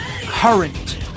current